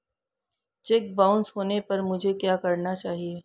Check bounce होने पर मुझे क्या करना चाहिए?